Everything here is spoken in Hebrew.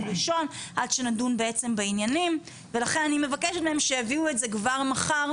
ראשון ועד שנדון בעצם בעניינים ולכן אני מבקשת מהם שיביאו את זה כבר מחר,